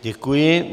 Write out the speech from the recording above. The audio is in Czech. Děkuji.